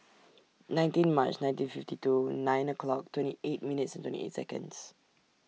nineteen Mar nineteen fifty two nine o'clock twenty eight minutes twenty eight Seconds